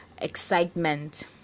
excitement